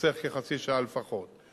חוסך כחצי שעה לפחות,